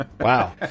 Wow